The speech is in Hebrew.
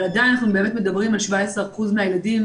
אבל עדיין אנחנו באמת מדברים על 17% מהילדים